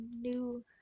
new